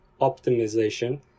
optimization